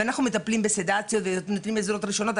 ואנחנו מטפלים בסדציות ונותנים עזרות ראשונות.